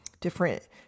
different